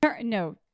No